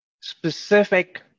specific